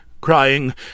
crying